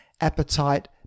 appetite